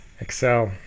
Excel